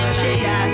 chase